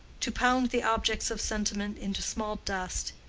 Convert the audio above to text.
to pound the objects of sentiment into small dust,